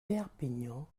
perpignan